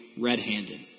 red-handed